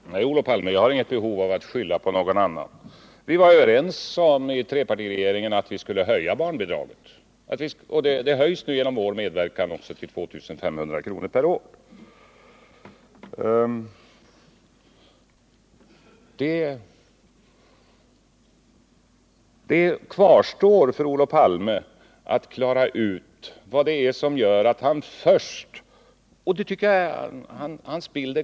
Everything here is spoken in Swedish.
Herr talman! Nej, Olof Palme, jag har inget behov att skylla på någon annan. Vi var överens om i trepartiregeringen att vi skulle höja barnbidraget, och det höjs nu också genom vår medverkan till 2 500 kr. per år. Olof Palmes bild är tämligen riktig — vi sitter i och för sig på en inflationsbomb.